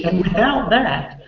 and without that,